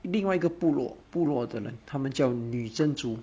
另外一个部落部落的人她们叫女真族